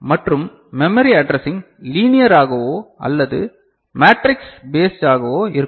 மற்றும் memory addressing லீனியராகவோ அல்லது மட்ரிக்ஸ் பேஸ்ட் ஆகவோ இருக்கலாம்